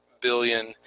billion